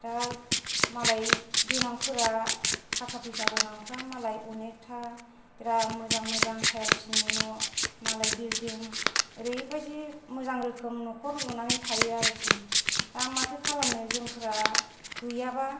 दा मालाय गोनांफोरा थाखा गोनांफोरा मालाय अनेखथा बिराद मोजां मोजां टाइल्सनि न' बिल्डिं ओरैबायदि मोजां न'खर लुनानै थायो आरोखि दा माथो खालामनो जोंफोरा गैयाब्ला